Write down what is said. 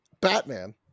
Batman